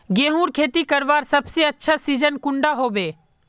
गेहूँर खेती करवार सबसे अच्छा सिजिन कुंडा होबे?